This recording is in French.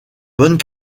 bonnes